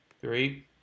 Three